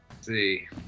see